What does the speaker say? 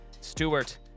Stewart